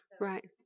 Right